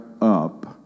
up